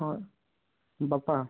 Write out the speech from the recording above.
ହଁ ବାପା